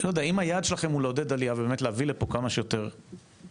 אם היעד שלכם הוא לעודד עלייה ולהביא לפה כמה שיותר עולים,